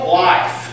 life